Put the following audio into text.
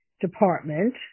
Department